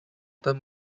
term